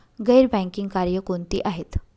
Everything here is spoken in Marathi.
गैर बँकिंग कार्य कोणती आहेत?